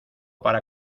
para